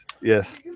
yes